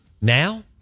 Now